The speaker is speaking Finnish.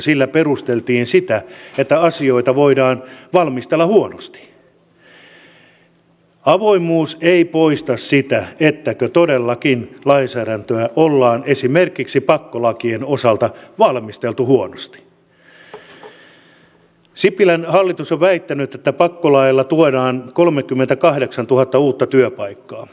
te olette esittänyt että täydennys poliisijärjestelmään voitaisiin ottaa käyttöön niin että hyödynnetään puolustusvoimien reserviä ja haluatte tällä tavalla tarjota sitten omalta sektoriltanne tukea sisäisen turvallisuuden parantamiseksi tai turvaamiseksi